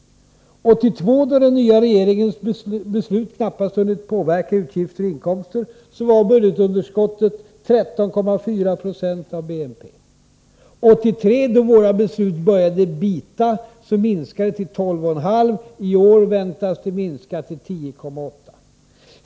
1982, då den nya regeringens beslut knappast hunnit påverka utgifter och inkomster, var budgetunderskottet 13,4 20 av BNP. 1983, då våra beslut började bita, minskade budgetunderskottet till 12,5 26, och i år väntas det minska till 10,8 2.